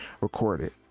recorded